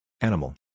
Animal